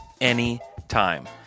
anytime